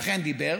ואכן דיבר